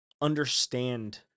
understand